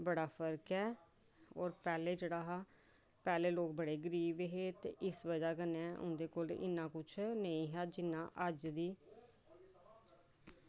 बड़ा फर्क ऐ होर पैह्लें जेह्ड़ा हा पैह्लें लोक बड़े गरीब हे ते इस बजह कन्नै उं'दे कोल इन्ना किश नेईं ऐ जिन्ना अज्ज दी